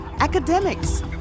academics